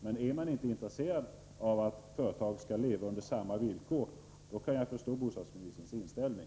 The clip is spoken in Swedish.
Men om inte bostadsministern är intresserad av att företag skall leva under samma villkor kan jag förstå hans inställning.